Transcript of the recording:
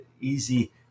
easy